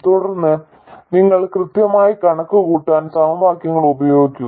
തുടർന്ന് നിങ്ങൾ കൃത്യമായി കണക്കുകൂട്ടാൻ സമവാക്യങ്ങൾ ഉപയോഗിക്കുക